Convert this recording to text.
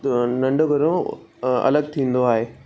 नंढगरो अलॻि थींदो आहे